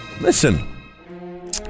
Listen